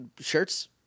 shirts